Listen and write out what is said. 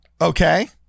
okay